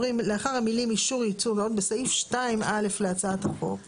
אנחנו אומרים תחילתו של חוק זה.